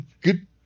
Good